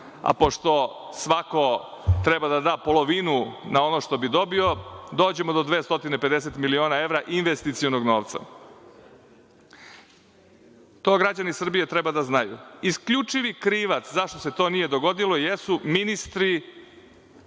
a pošto svako treba da da polovinu na ono što bi dobio, dođemo do 250 miliona evra investicionog novca. To građani Srbije treba da znaju. Isključivi krivac zašto se to nije dogodilo jesu ministri,